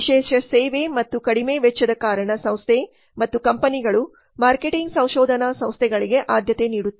ವಿಶೇಷ ಸೇವೆ ಮತ್ತು ಕಡಿಮೆ ವೆಚ್ಚದ ಕಾರಣ ಸಂಸ್ಥೆ ಮತ್ತು ಕಂಪನಿಗಳು ಮಾರ್ಕೆಟಿಂಗ್ ಸಂಶೋಧನಾ ಸಂಸ್ಥೆಗಳಿಗೆ ಆದ್ಯತೆ ನೀಡುತ್ತವೆ